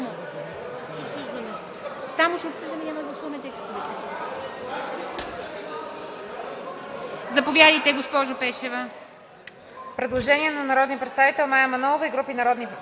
Заповядайте, госпожо Пешева.